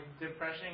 depression